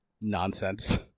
nonsense